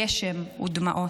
גשם ודמעות.